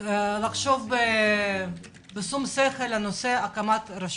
לחשוב בשום שכל על נושא של הקמת רשות.